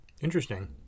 Interesting